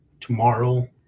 tomorrow